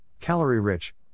calorie-rich